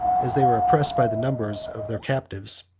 as they were oppressed by the number of their captives,